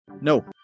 No